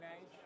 age